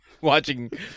watching